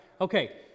Okay